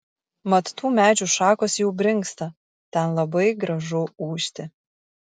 mat tų medžių šakos jau brinksta ten labai gražu ūžti